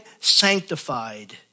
sanctified